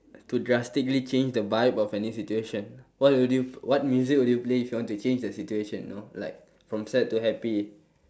to drastically change the vibe of any situation what would you what music would you play if you want to change the situation you know like from sad to happy